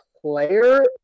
player